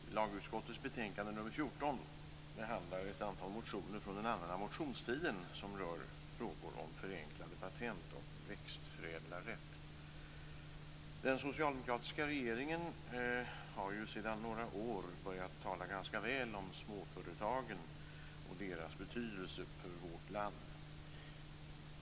Fru talman! Lagutskottets betänkande nr 14 behandlar ett antal motioner från den allmänna motionstiden som rör frågor om förenklad patent och växtförädlarrätt. Den socialdemokratiska regeringen har ju sedan några år börjat tala ganska väl om småföretagen och deras betydelse för vårt land.